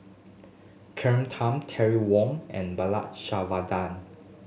Tham Terry Wong and Bala